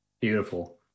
Beautiful